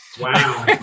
Wow